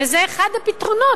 וזה אחד הפתרונות,